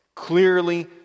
clearly